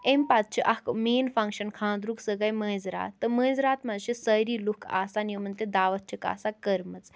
اَمہِ پَتہٕ چھِ اَکھ مین فَنٛگشَن خانٛدرُک سُہ گٔے مٲنٛزِ راتھ تہٕ مٲنٛزِ راتھ منٛز چھِ سٲری لُکھ آسان یِمَن تہِ دعوت چھِکھ آسان کٔرمٕژ